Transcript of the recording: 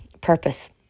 purpose